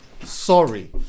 Sorry